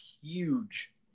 huge